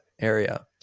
area